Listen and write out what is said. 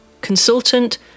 Consultant